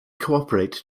cooperate